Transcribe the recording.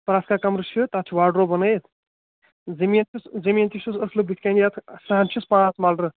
پرٛتھ کانٛہہ کَمرٕ چھِ فِٹ تتھ چھُ واڈروب بَنٲوِتھ زٔمیٖن چھُس زٔمیٖن تہِ چھُس اصٕل بُتھِ کَنہِ یتھ صَحن چھِس پانٛژھ ملرٕ